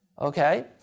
okay